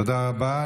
תודה רבה.